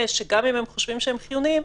גם אם הם חושבים שהם חיוניים,